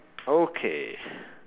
okay